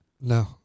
No